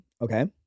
Okay